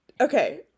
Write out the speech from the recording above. Okay